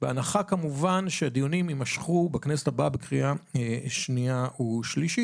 בהנחה כמובן שהדיונים יימשכו בכנסת הבאה בקריאה שנייה ושלישית,